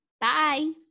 Bye